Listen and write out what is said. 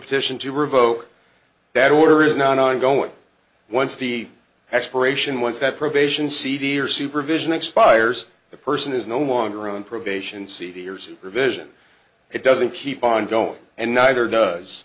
petition to revoke that order is not ongoing once the expiration once that probation seedier supervision expires the person is no longer on probation seedier supervision it doesn't keep on going and neither does